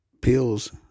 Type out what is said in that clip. pills